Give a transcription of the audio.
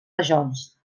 rajols